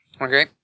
Okay